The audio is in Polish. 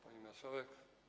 Pani Marszałek!